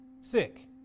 Sick